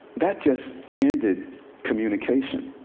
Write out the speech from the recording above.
that just ended communication.